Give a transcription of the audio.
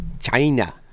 China